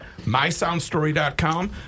MySoundStory.com